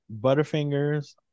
Butterfingers